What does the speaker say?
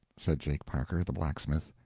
said jake parker, the blacksmith.